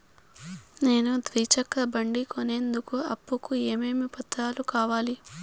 నేను ద్విచక్ర బండి కొనేందుకు అప్పు కు ఏమేమి పత్రాలు కావాలి?